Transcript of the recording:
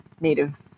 Native